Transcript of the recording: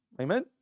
Amen